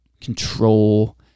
control